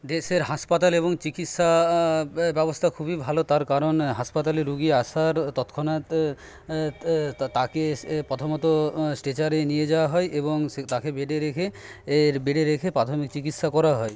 দেশের হাসপাতাল এবং চিকিৎসা ব্যবস্থা খুবই ভালো তার কারণ হাসপাতালে রুগী আসার তৎক্ষণাৎ ত তাকে এসে প্রথমত স্ট্রেচারে নিয়ে যাওয়া হয় এবং সে তাকে বেডে রেখে বেডে রেখে প্রাথমিক চিকিৎসা করা হয়